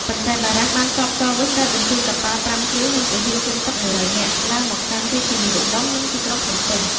ប៉ុន្តែបារាំងបានតបតវិញដោយបញ្ជូនកប៉ាល់ប្រាំគ្រឿង និងទាហានជើងទឹក ១០០ នាក់ ឡើងមកកាន់រាជធានីឧដុង្គ និងទីក្រុងភ្នំពេញ។